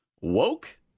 woke